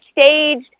staged